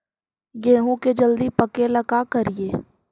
गेहूं के जल्दी पके ल का करियै?